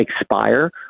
expire